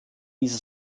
dieser